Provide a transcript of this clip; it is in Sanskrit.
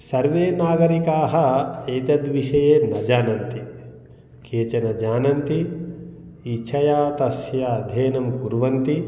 सर्वे नागरिकाः एतद्विषये न जानन्ति केचन जानन्ति इच्छया तस्य अध्ययनं कुर्वन्ति